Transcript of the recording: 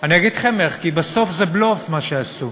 אני אגיד לכם איך: כי בסוף זה בלוף, מה שעשו.